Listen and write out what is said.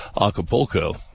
acapulco